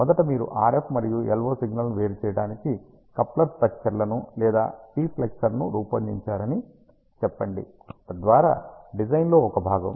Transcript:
మొదట మీరు RF మరియు LO సిగ్నల్లను వేరు చేయడానికి కప్లర్ స్త్రక్చర్లను లేదా డిప్లెక్సర్ను రూపొందించారని చెప్పండి తద్వారా డిజైన్ లో ఒక భాగం